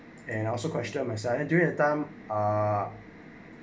and also questioned my sight and during the time ah